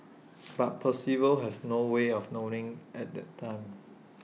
but Percival has no way of knowing at the time